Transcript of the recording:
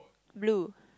blue